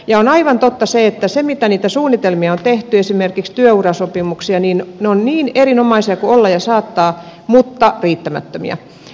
ja on aivan totta se että ne suunnitelmat mitä on tehty esimerkiksi työurasopimuksista ovat niin erinomaisia kuin olla ja saattaa mutta riittämättömiä